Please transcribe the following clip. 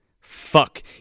fuck